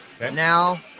now